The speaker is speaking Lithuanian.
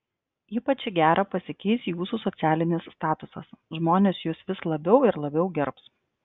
ypač į gerą pasikeis jūsų socialinis statusas žmonės jus vis labiau ir labiau gerbs